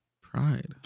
Pride